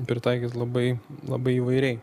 pritaikyt labai labai įvairiai